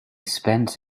spent